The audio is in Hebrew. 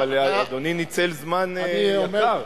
אבל אדוני ניצל זמן יקר.